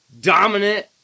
dominant